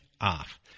off